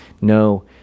No